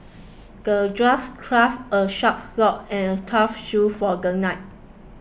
the dwarf crafted a sharp sword and a tough shield for the knight